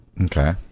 Okay